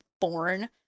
born